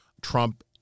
Trump